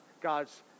God's